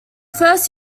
first